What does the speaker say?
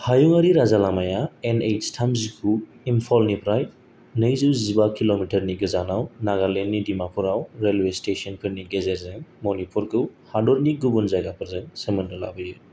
हायुङारि राजालामाया एन ओइत्स थामजिगु इम्फलनिफ्राय नैजौ जिबा किल'मिटारनि गोजानाव नागालेण्डनि दिमापुरआव रेलवे स्टेशनफोरनि गेजेरजों मनिपुरखौ हादरनि गुबुन जायगाफोरजों सोमोनदोआव लाबोयो